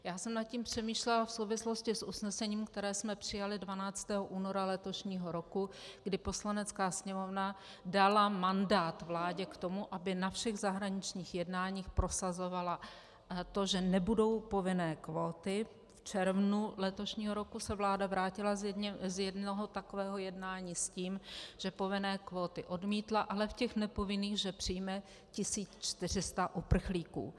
Já jsem nad tím přemýšlela v souvislosti s usnesením, které jsme přijali 12. února letošního roku, kdy Poslanecká sněmovna dala mandát vládě k tomu, aby na všech zahraničních jednáních prosazovala to, že nebudou povinné kvóty, v červnu letošního roku se vláda vrátila z jednoho takového jednání s tím, že povinné kvóty odmítla, ale v těch nepovinných že přijme 1 400 uprchlíků.